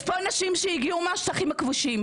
יש פה אנשים שהגיעו מהשטחים הכבושים.